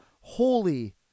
holy